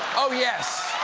oh yes.